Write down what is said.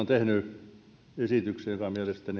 tehnyt esityksen joka